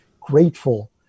grateful